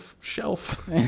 shelf